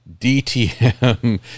DTM